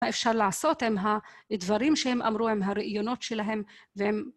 מה אפשר לעשות הם הדברים שהם אמרו, הם הרעיונות שלהם והם...